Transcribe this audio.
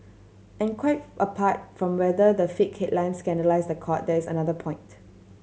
and quite apart from whether the fake headlines scandalise the court there is another point